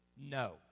No